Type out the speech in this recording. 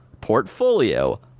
portfolio